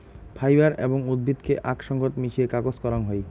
fibre এবং উদ্ভিদকে আক সঙ্গত মিশিয়ে কাগজ করাং হই